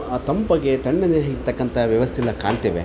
ಆ ತಂಪಗೆ ತಣ್ಣನೆ ಇರ್ತಕ್ಕಂಥ ವ್ಯವಸ್ಥೇನ ಕಾಣ್ತೇವೆ